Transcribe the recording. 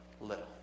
little